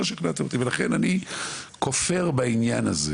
לכן אני כופר בעניין הזה.